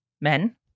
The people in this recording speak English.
men